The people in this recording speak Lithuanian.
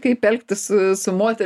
kaip elgtis su su moteri